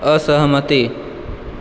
असहमति